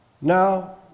Now